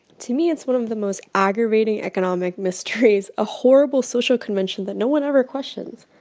to me, it's one of the most aggravating economic mysteries a horrible social convention that no one ever questions.